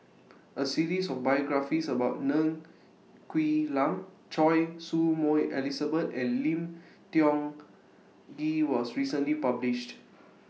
A series of biographies about Ng Quee Lam Choy Su Moi Elizabeth and Lim Tiong Ghee was recently published